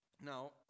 now